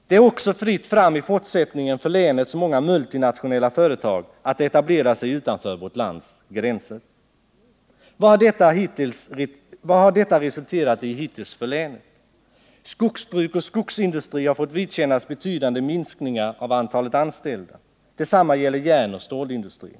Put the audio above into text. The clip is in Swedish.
Det är också fritt fram i fortsättningen för länets många multinationella företag att etablera sig utanför vårt lands gränser. Vad har detta resulterat i hittills för länet? Skogsbruk och skogsindustri har fått vidkännas betydande minskningar av antalet anställda, och detsamma gäller järnoch stålindustrin.